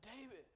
David